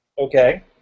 Okay